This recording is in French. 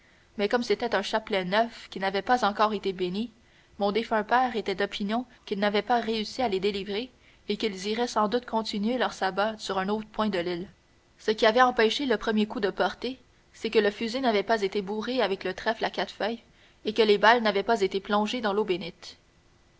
mais comme c'était un chapelet neuf qui n'avait pas encore été bénit mon défunt père était d'opinion qu'il n'avait pas réussi à les délivrer et qu'ils iraient sans doute continuer leur sabbat sur un autre point de l'île ce qui avait empêché le premier coup de porter c'est que le fusil n'avait pas été bourré avec le trèfle à quatre feuilles et que les balles n'avaient pas été plongées dans l'eau bénite